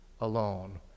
alone